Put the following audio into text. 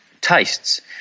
tastes